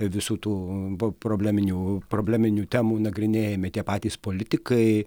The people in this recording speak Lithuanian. visų tų probleminių probleminių temų nagrinėjami tie patys politikai